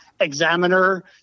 examiner